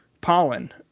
pollen